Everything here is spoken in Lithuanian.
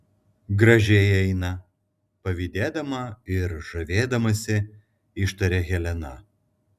gražiai eina pavydėdama ir žavėdamasi ištarė helena